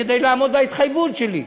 כדי לעמוד בהתחייבות שלי.